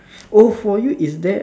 oh for you is there a